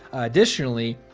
additionally,